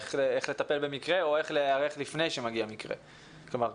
איך צריך לטפל במקרה או איך להיערך לפני שמגיע מקרה ולמנוע?